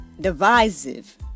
divisive